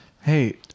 Hey